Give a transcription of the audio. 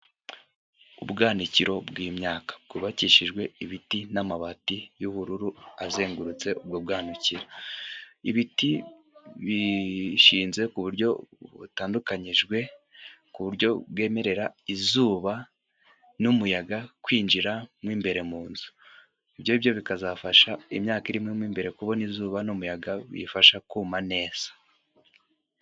Ubwanikiro bw'imyaka bwubakishijwe ibiti n'amabati y'ubururu azengurutse ubwo bwanikiro ,ibiti bishinze ku buryo butandukanyijwe ku buryo bwemerera izuba n'umuyaga kwinjiramo imbere mu nzu ibyo byo bikazafasha imyaka irimo imbere kubona izuba n'umuyaga biyifasha kuma neza.